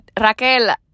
Raquel